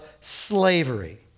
slavery